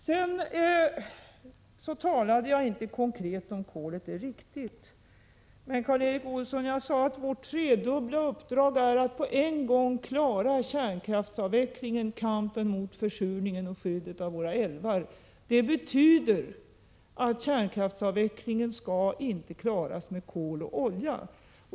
Jag talade inte konkret om kolet. Det är riktigt. Men jag sade, Karl Erik Olsson, att vårt trefaldiga uppdrag är att på en gång klara kärnkraftens avveckling, kampen mot försurningen och skyddet av våra älvar. Det betyder att kärnkraftsavvecklingen inte skall klaras med kol och olja.